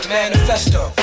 Manifesto